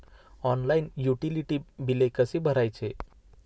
Online utility बिले कसे भरायचे?